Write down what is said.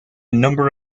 number